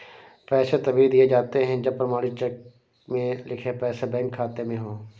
पैसे तभी दिए जाते है जब प्रमाणित चेक में लिखे पैसे बैंक खाते में हो